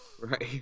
right